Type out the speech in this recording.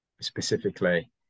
specifically